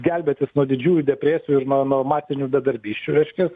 gelbėtis nuo didžiųjų depresijų ir nuo nuo masinių bedarbysčių reiškias